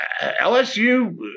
LSU